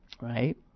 right